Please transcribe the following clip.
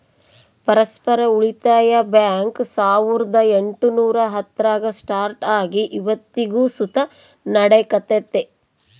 ಪರಸ್ಪರ ಉಳಿತಾಯ ಬ್ಯಾಂಕ್ ಸಾವುರ್ದ ಎಂಟುನೂರ ಹತ್ತರಾಗ ಸ್ಟಾರ್ಟ್ ಆಗಿ ಇವತ್ತಿಗೂ ಸುತ ನಡೆಕತ್ತೆತೆ